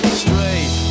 straight